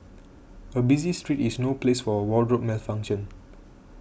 a busy street is no place for a wardrobe malfunction